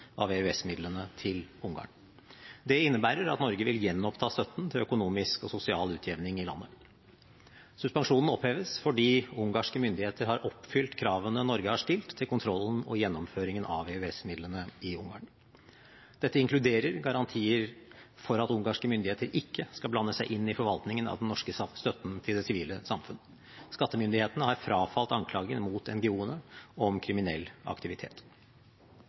av EØS-midlene til Ungarn. Det innebærer at Norge vil gjenoppta støtten til økonomisk og sosial utjevning i landet. Suspensjonen oppheves fordi ungarske myndigheter har oppfylt kravene Norge har stilt til kontrollen og gjennomføringen av EØS-midlene i Ungarn. Dette inkluderer garantier for at ungarske myndigheter ikke skal blande seg inn i forvaltningen av den norske støtten til det sivile samfunn. Skattemyndighetene har frafalt anklagen mot NGO-ene om kriminell aktivitet.